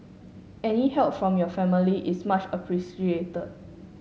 any help from your family is much appreciated